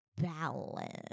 balance